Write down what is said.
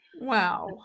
Wow